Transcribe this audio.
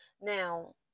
Now